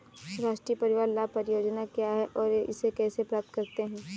राष्ट्रीय परिवार लाभ परियोजना क्या है और इसे कैसे प्राप्त करते हैं?